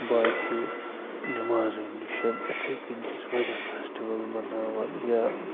باقِیو نٮ۪مازو نِش یِتھَے کَنۍ چھِ أسۍ واریاہ فٮ۪سٹِوَل مَناوان یا